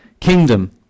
kingdom